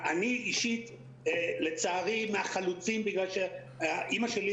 אני אישית לצערי מהחלוצים בגלל שאימא שלי